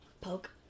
Poke